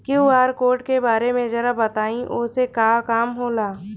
QR code के बारे में जरा बताई वो से का काम होला?